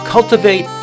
Cultivate